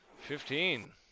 Fifteen